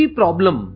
problem